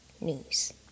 news